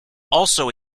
also